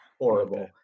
horrible